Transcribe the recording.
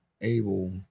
able